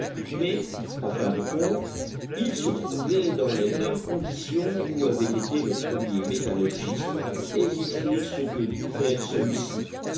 mais en fin de compte ils se trouvaient dans les mêmes conditions où avait été le premier métallurgiste et ils firent ce que dut faire celui-ci